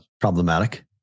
problematic